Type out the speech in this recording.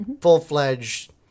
Full-fledged